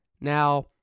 Now